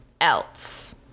else